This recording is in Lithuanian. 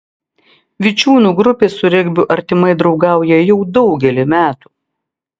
vičiūnų grupė su regbiu artimai draugauja jau daugelį metų